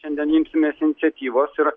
šiandien imsimės iniciatyvos ir